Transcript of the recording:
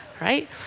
right